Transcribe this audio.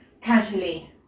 casually